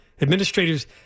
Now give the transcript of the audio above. Administrators